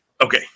Okay